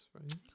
right